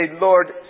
Lord